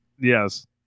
Yes